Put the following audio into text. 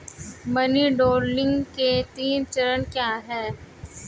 Money laundering के तीन चरण क्या हैं?